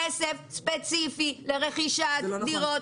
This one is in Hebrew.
כסף ספציפי לרכישת דירות,